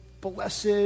blessed